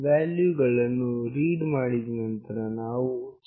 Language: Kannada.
ವ್ಯಾಲ್ಯೂಗಳನ್ನು ರೀಡ್ ಮಾಡಿದ ನಂತರ ನಾವು ಚೆಕ್ ಮಾಡಬೇಕು